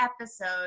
episode